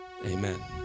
Amen